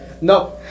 No